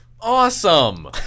awesome